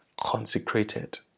consecrated